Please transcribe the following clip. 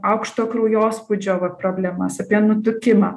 aukšto kraujospūdžio va problemas apie nutukimą